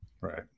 Right